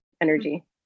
energy